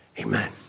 Amen